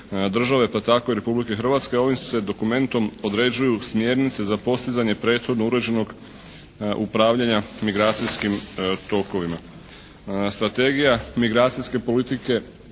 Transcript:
države pa tako i Republike Hrvatske ovim se dokumentom određuju smjernice za postizanje prethodno uređenog upravljanja migracijskim tokovima. Strategija migracijske politike